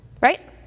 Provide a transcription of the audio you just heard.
right